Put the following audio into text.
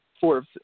four